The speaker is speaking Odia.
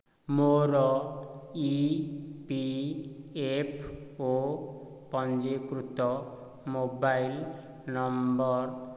ମୋର ଇ ପି ଏଫ୍ ଓ ପଞ୍ଜୀକୃତ ମୋବାଇଲ୍ ନମ୍ବର